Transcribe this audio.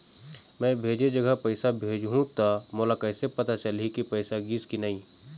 मैं भेजे जगह पैसा भेजहूं त मोला कैसे पता चलही की पैसा गिस कि नहीं?